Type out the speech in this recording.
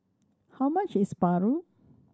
how much is Paru